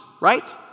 right